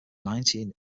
nineteen